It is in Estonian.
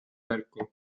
märku